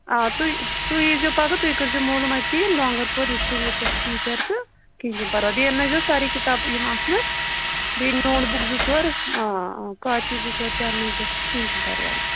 آ تُہۍ تُہۍ ییٖزیٚو پگاہ تُہۍ کٔرۍزیٚو مولوٗم اَتہِ ڈانٛگر پوٗر یہِ چھُ ییٚتٮ۪تھ ٹیٖچَر تہٕ کِہیٖنٛۍ چھُنہٕ پَرواے بیٚیہِ اَننٲوِزیٚو سارے کِتابہٕ یِم آسنَس بیٚیہِ نوٹ بُک زٕ ژور آ آ کاپی زٕ ژور تہِ اَننٲوزِہوس تہٕ کِہیٖنٛۍ چھُنہٕ پَرواے